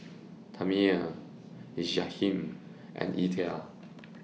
Tami Jahiem and Ether